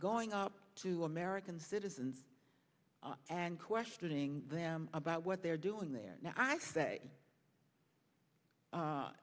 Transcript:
going up to american citizens and questioning them about what they're doing there and i say